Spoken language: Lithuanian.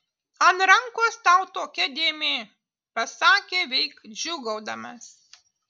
ant rankos tau tokia dėmė pasakė veik džiūgaudamas